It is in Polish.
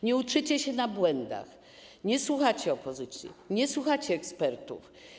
Nie uczycie się na błędach, nie słuchacie opozycji, nie słuchacie ekspertów.